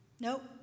Nope